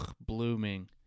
blooming